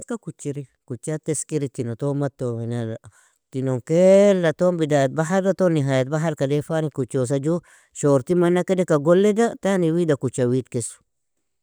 Eska kuchiri, kuchat esikiri, tino ton matto, من ال_tinon kaila ton, bidayat bahara ton, nihayat baharka daifani, kuchosa juu shortig mana kedeka golleda, tani wida kucha widkesu.